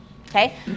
Okay